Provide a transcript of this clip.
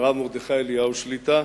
הרב מרדכי אליהו שליט"א,